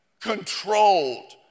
controlled